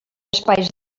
espais